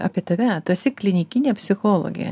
apie tave tu esi klinikinė psichologė